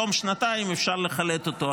בתום שנתיים אפשר לחלט אותו.